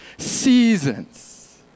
Seasons